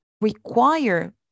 require